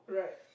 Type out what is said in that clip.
right